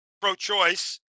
pro-choice